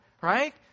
Right